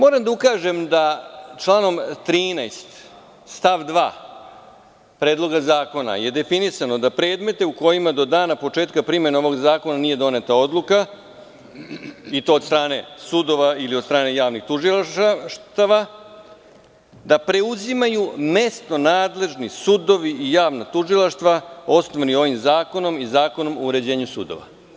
Moram da ukažem da članom 13. stav 2. Predloga zakona je definisano da predmete u kojima do dana početka primene ovog zakona nije doneta odluka, i to od strane sudova ili od strane javnih tužilaštava, da preuzimaju mesto nadležni sudovi i javna tužilaštva osnovani ovim zakonom i Zakonom o uređenju sudova.